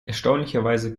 erstaunlicherweise